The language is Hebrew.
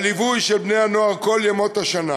הליווי של בני-הנוער כל ימות השנה